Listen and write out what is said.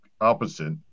opposite